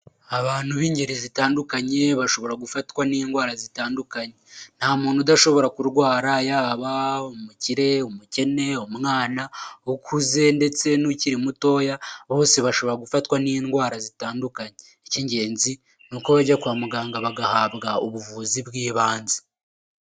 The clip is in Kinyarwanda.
Abantu b'ingeri zitandukanye bashobora gufatwa n'indwara zitandukanye, ntamuntu udashobora kurwara yaba umukire, umukene, umwana, ukuze ndetse n'ukiri mutoya bose bashobora gufatwa n'indwara zitandukanye, icy'ingenzi ni uko bajya kwa muganga bagahabwa ubuvuzi bw'ibanze.